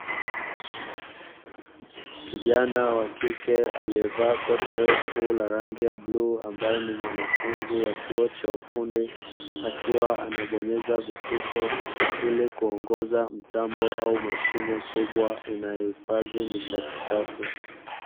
Kijana wa kike, aliyevaa koti refu la rangi ya bluu, ambaye ni mwanafunzi wa chuo cha ufundi, akiwa anabonyeza vitufe ili kuongoza mtambo au mashine kubwa inayohifadhi nishati safi.